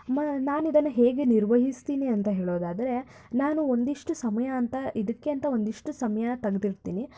ಮಾ ನಾನಿದನ್ನು ಹೇಗೆ ನಿರ್ವಹಿಸ್ತೀನಿ ಅಂತ ಹೇಳೋದಾದ್ರೆ ನಾನು ಒಂದಿಷ್ಟು ಸಮಯ ಅಂತ ಇದಕ್ಕೆ ಅಂತ ಒಂದಿಷ್ಟು ಸಮಯ ತೆಗ್ದಿರ್ತೀನಿ